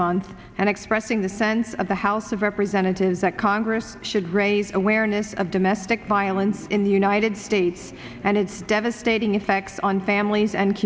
month and expressing the sense of the house of representatives that congress should raise awareness of domestic violence in the united states and its devastating effects on families and